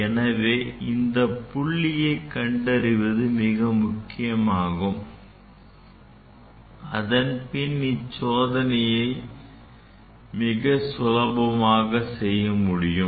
எனவே இந்த புள்ளியை கண்டறிவது மிக முக்கியமாகும் அதன்பின்னர் இச்சோதனையை மிக சுலபமாக செய்ய முடியும்